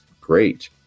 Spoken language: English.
great